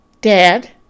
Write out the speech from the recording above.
Dad